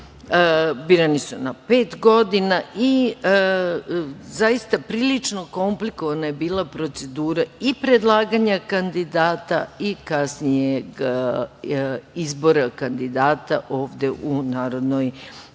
birani su na pet godina i zaista prilično komplikovana je bila procedura i predlaganja kandidata i kasnijeg izbora kandidata ovde u Narodnoj